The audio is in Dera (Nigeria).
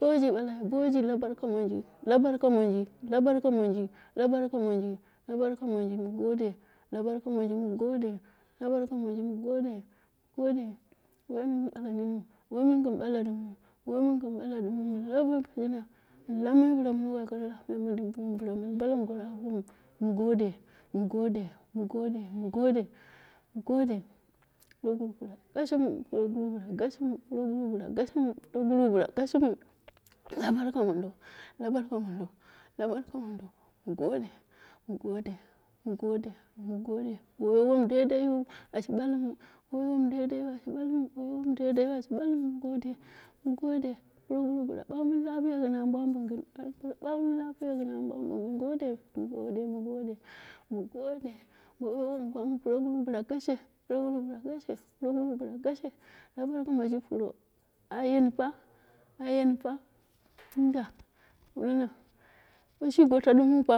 Shiji la burka murji, la burka munji la barka manji la barka munji, mu gode, la barka monji mu gode, proguru yape mini mu gode waimin gin bala dimu, wainin gɨn bala dimwu waimin gin bala din wu mun lumma bilu mu wai kara shimi mu godiro, mu gode mu gode, mu gode, mu gode mu gode mu gode proguru bila gashimu, proguru bila gashimu, proguru bila gashi mu, proguru bila gashimu, la barka gwondo, la barka mudo la barka mordo, mu gode, mu gode, mu gode, mu gode, lomu ye won daidai ashi balmu, bo wai wom daidai wu ashi balmu bo woi won daidai wu ashi balmu mu gode, proguru bilu boighmuni lapiya pro guru baghmini lapiya, mu gode, mu gode mu gode wun munya proguru bila gashe, proguru bila gash la barka mi ji lu pro, ayeni pa a yeni pa aiya washi goto dim wu pa